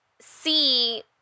see